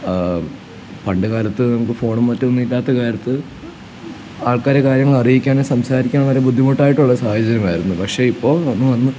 പണ്ടുകാലത്ത് നമുക്ക് ഫോണും മറ്റും ഇല്ലാത്ത കാലത്ത് ആൾക്കാര് കാര്യങ്ങളറിയിക്കാനോ സംസാരിക്കാൻ വരെ ബുദ്ധിമുട്ടായിട്ടുള്ള സാഹചര്യമായിരുന്നു പക്ഷേ ഇപ്പോള് വന്നുവന്ന്